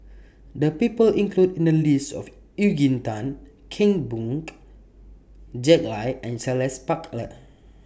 The People included in The list of Eugene Tan Kheng B Oon Jack Lai and Charles Paglar